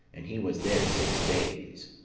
and he was there six days.